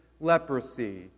leprosy